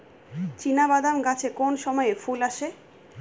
চিনাবাদাম গাছে কোন সময়ে ফুল আসে?